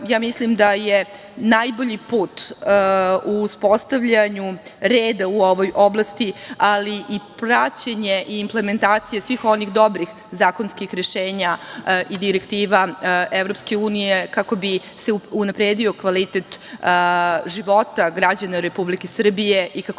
mislim da je najbolji put u uspostavljanju reda u ovoj oblasti, ali i praćenje i implementacija svih onih dobri zakonskih rešenja i direktiva EU, kako bi se unapredio kvalitet života građana Republike Srbije i kako